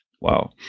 wow